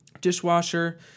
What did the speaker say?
dishwasher